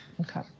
Okay